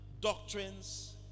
doctrines